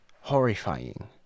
horrifying